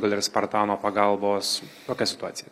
gal ir spartano pagalbos kokia situacija